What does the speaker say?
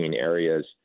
areas